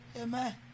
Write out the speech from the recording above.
Amen